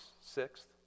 Sixth